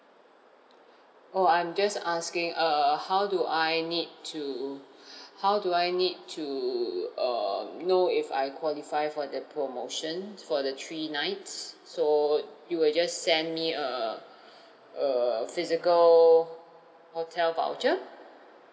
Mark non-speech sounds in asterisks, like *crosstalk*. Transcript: oh I'm just asking err how do I need to *breath* how do I need to uh know if I qualify for the promotion for the three nights so you will just send me err a physical hotel voucher